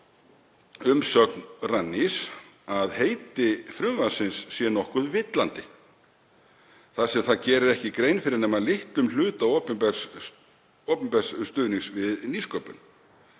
í umsögn Rannís: „Heiti á frumvarpsins er nokkuð villandi, þar sem það gerir ekki grein fyrir nema litlum hluta opinbers stuðnings við nýsköpun.“